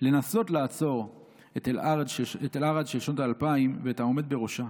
לנסות לעצור את אל-ארד של שנות האלפיים ואת העומד בראשה.